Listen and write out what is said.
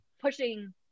pushing